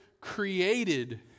created